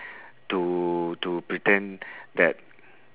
to to pretend that